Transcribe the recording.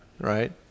right